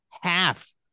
half